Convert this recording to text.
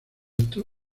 esto